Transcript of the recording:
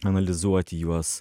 analizuoti juos